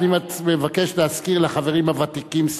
אני מבקש להזכיר לחברים הוותיקים,